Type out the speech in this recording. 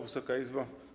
Wysoka Izbo!